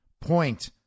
point